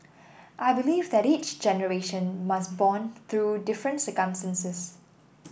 I believe that each generation must bond through different circumstances